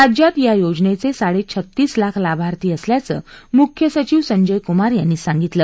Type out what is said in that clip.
राज्यात या योजनेचे साडेछत्तीस लाख लाभार्थी असल्याचं मुख्यसचिव संजय कुमार यांनी सांगितलं